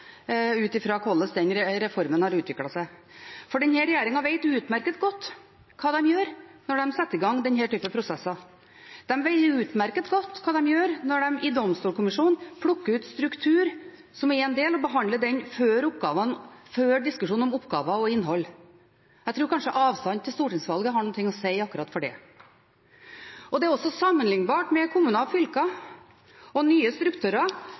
ut fra hvordan den reformen har utviklet seg. Denne regjeringen vet utmerket godt hva de gjør når de setter i gang denne typen prosesser. De vet utmerket godt hva de gjør når de fra Domstolkommisjonen plukker ut struktur som én del og behandler den før diskusjonen om oppgaver og innhold. Jeg tror kanskje avstanden til stortingsvalget har noe å si for akkurat det. Det er også sammenlignbart med kommuner og fylker og nye strukturer,